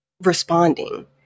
responding